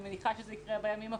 אני מניחה שזה יקרה בימים הקרובים,